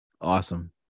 awesome